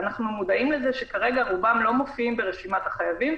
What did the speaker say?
אנחנו מודעים לזה שכרגע רובם לא מופיעים ברשימת החייבים,